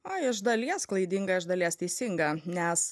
a iš dalies klaidinga iš dalies teisinga nes